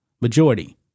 majority